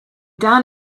down